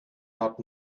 out